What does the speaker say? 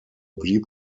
blieb